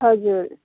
हजुर